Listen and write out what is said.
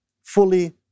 fully